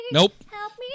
Nope